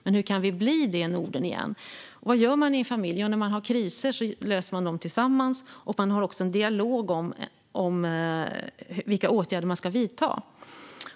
Men hur kan vi bli det i Norden igen? Och vad gör man i en familj? Jo, när man går igenom kriser löser man dem tillsammans, och man har också en dialog om vilka åtgärder som man ska vidta.